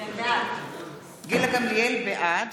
בעד